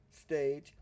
stage